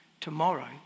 Tomorrow